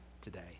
today